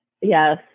Yes